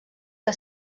que